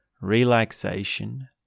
relaxation